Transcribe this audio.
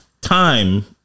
time